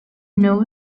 know